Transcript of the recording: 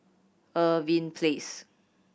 Irving Place